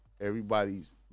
Everybody's